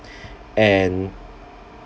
and